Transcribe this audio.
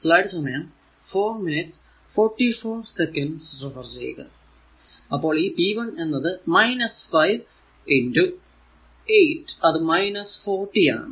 അപ്പോൾ ഈ p 1 എന്നത് 5 8 അത് 40 ആണ്